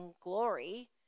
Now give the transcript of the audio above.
glory